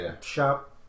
shop